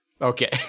Okay